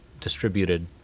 distributed